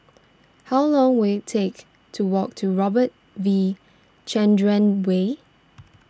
how long will it take to walk to Robert V Chandran Way